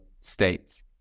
states